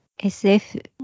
SF